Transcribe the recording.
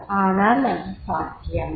ஆனால் அது சாத்தியமா